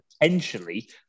potentially